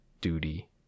duty